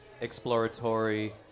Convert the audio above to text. exploratory